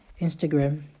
Instagram